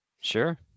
Sure